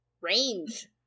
range